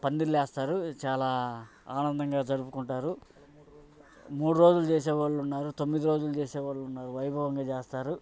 పందిర్లు వేస్తారు చాలా ఆనందంగా జరుపుకుంటారు మూడు రోజులు చేసే వాళ్ళు ఉన్నారు తొమ్మిది రోజులు చేసే వాళ్ళు ఉన్నారు వైభవంగా చేస్తారు